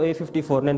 A54